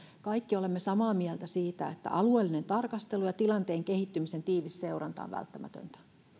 kaikki olemme samaa mieltä siitä että alueellinen tarkastelu ja tilanteen kehittymisen tiivis seuranta on välttämätöntä